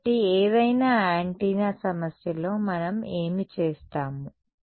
కాబట్టి ఏదైనా యాంటెన్నా సమస్యలో మనం ఏమి చేస్తాము